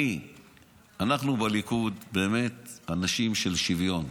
אנחנו בליכוד באמת אנשים של שוויון,